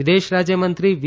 વિદેશ રાજયમંત્રી વી